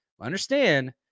Understand